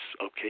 okay